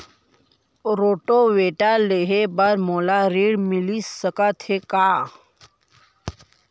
Rotavator लेहे बर मोला ऋण मिलिस सकत हे का?